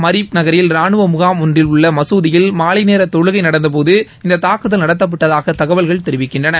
Marib நகரில் ராணுவ முகாம் ஒன்றில் உள்ள மசூதியில் மாலை நேர தொமுகை நடந்த போது இந்த தாக்குதல் நடத்தப்பட்டதாக தகவல்கள் தெரவிக்கின்றன